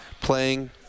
playing